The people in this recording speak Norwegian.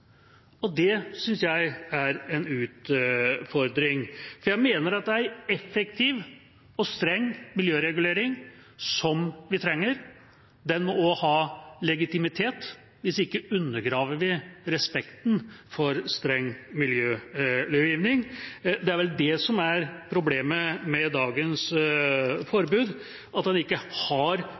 Det synes jeg er en utfordring, for jeg mener at en effektiv og streng miljøregulering – som vi trenger – også må ha legitimitet. Hvis ikke undergraver vi respekten for streng miljølovgivning. Det er vel det som er problemet med dagens forbud: at en ikke har